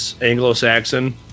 Anglo-Saxon